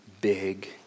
big